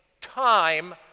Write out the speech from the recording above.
time